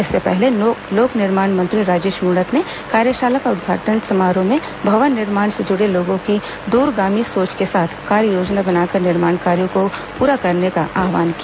इससे पहले लोक निर्माण मंत्री राजेश मृणत ने कार्यशाला के उदघाटन समारोह में भवन निर्माण से जुड़े लोगों को दूरगामी सोच के साथ कार्ययोजना बनाकर निर्माण कार्यों को पूरा करने का आव्हान किया